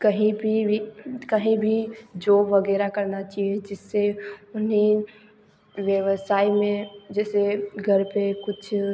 कहीं भी वो कहीं भी जॉब वगैरह करना चाहिए जिससे उन्हें व्यवसाय में जैसे घर पर कुछ